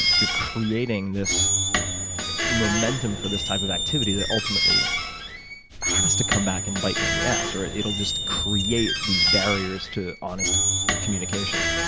and you're creating this momentum for this type of activity that ultimately has to come back and bite you in the ass, or it'll just create these barriers to honest communication.